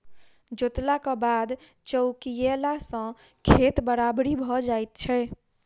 जोतलाक बाद चौकियेला सॅ खेत बराबरि भ जाइत छै